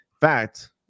fact